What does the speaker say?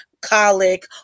colic